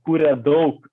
kuria daug